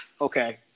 Okay